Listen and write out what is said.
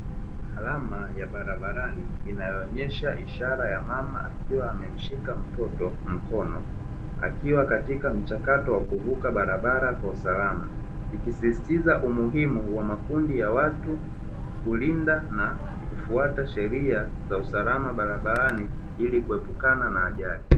Alama ya barabarani inayoonyesha ishara ya mama, akiwa amemshika mtoto mkono akiwa katika mchakato wa kuvuka barabara kwa usalama, ikisisitiza umuhimu wa makundi ya watu kulinda na kufuata sheria za usalama barabarani ili kuepukana na ajali.